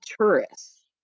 tourists